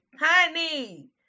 Honey